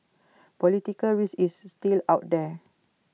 political risk is still out there